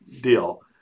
deal